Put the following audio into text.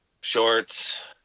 shorts